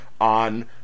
on